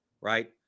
right